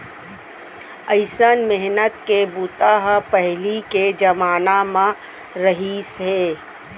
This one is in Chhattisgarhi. अइसन मेहनत के बूता ह पहिली के जमाना म रहिस हे